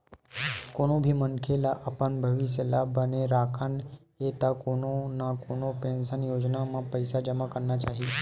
कोनो भी मनखे ल अपन भविस्य ल बने राखना हे त कोनो न कोनो पेंसन योजना म पइसा जमा करना चाही